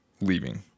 leaving